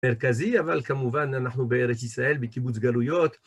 מרכזי, אבל כמובן אנחנו בארץ ישראל, בקיבוץ גלויות.